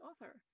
author